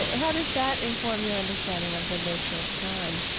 how does that inform your understanding of the nature of god?